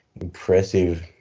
impressive